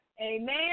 Amen